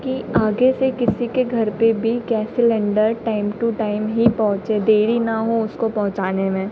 कि आगे से किसी के घर पर भी gas cylinder time to time ही पहुँचे देरी न हो उसको पहुँचाने में